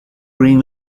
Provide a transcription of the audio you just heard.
green